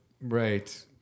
Right